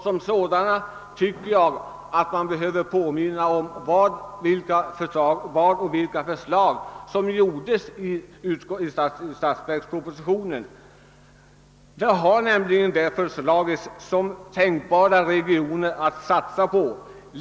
Som sådana alternativ nämns bla.